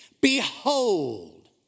Behold